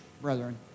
brethren